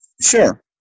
Sure